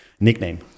nickname